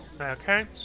Okay